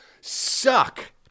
suck